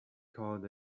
called